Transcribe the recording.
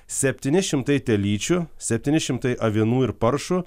septyni šimtai telyčių septyni šimtai avinų ir paršų